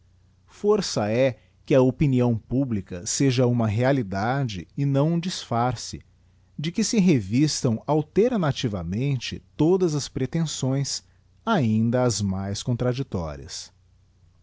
força é que a opinião publica seja uma realidade e não um disfarce de que se revistam alternativamente todas as pretenções ainda as mais contradictorias